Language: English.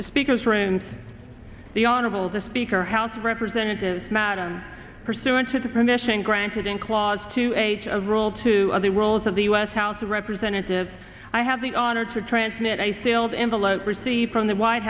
the speakers rooms the honorable the speaker house of representatives madam pursuant to the permission granted in clause to a to rule to other roles of the u s house of representatives i have the honor to transmit a sealed envelope received from the white